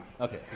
Okay